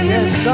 Yes